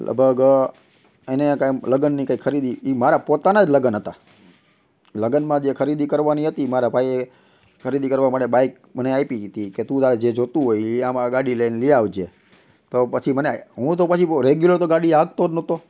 લગભગ એને કંઈ લગ્નની કંઈ ખરીદી એ મારાં પોતાનાં જ લગ્ન હતાં લગ્નમાં જે ખરીદી કરવાની હતી મારા ભાઈએ ખરીદી કરવાં માટે બાઇક મને આપી હતી કે તું તારે જે જોઈતું હોય એ આમાં આ ગાડી લઈને લઈ આવજે તો પછી મને હું તો પછી રેગ્યુલર તો ગાડી હાંકતો જ નહોતો